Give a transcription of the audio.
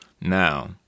Now